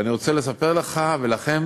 ואני רוצה לספר לך ולכם